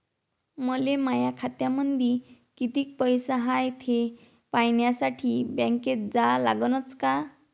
मले माया खात्यामंदी कितीक पैसा हाय थे पायन्यासाठी बँकेत जा लागनच का?